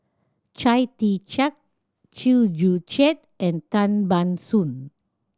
Chia Tee Chiak Chew Joo Chiat and Tan Ban Soon